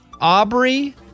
Aubrey